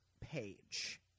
Page